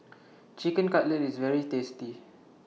Chicken Cutlet IS very tasty